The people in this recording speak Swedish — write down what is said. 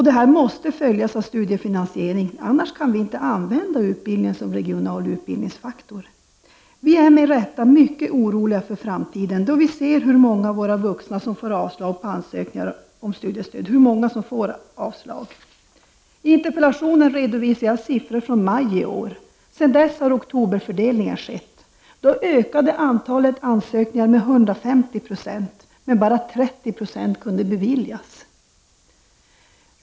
Detta måste åtföljas av studiefinansiering; annars kan vi inte använda utbildningen som regional utvecklingsfaktor. Vi är med rätta mycket oroliga för framtiden då vi ser hur många av våra vuxna som får avslag på ansökningar om vuxenstudiestöd. I interpellationen redovisar jag siffror från maj i år. Sedan dess har oktoberfördelningen skett. Då ökade antalet ansökningar med 150 26, men bara 30 76 kunde beviljas.